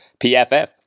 PFF